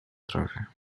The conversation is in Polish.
trawie